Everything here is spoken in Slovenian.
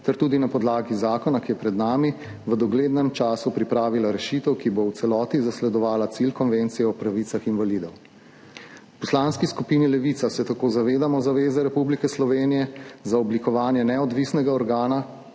ter tudi na podlagi zakona, ki je pred nami, v doglednem času pripravila rešitev, ki bo v celoti zasledovala cilj Konvencije o pravicah invalidov. V Poslanski skupini Levica se tako zavedamo zaveze Republike Slovenije za oblikovanje neodvisnega organa,